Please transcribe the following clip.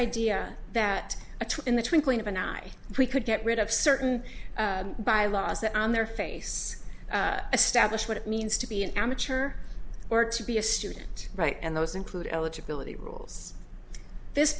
idea that in the twinkling of an eye we could get rid of certain by laws that on their face establish what it means to be an amateur or to be a student right and those include eligibility rules this